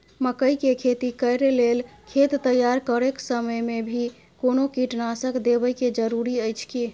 मकई के खेती कैर लेल खेत तैयार करैक समय मे भी कोनो कीटनासक देबै के जरूरी अछि की?